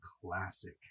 classic